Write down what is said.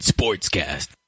Sportscast